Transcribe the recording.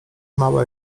mała